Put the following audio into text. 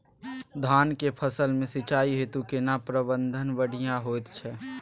धान के फसल में सिंचाई हेतु केना प्रबंध बढ़िया होयत छै?